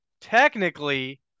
technically